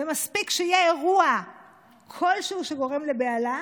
ומספיק שיקרה אירוע כלשהו שגורם לבהלה,